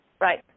Right